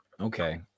Okay